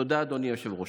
תודה, אדוני היושב-ראש.